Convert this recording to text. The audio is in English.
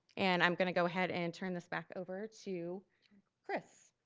and i'm gonna go ahead and turn this back over to chris.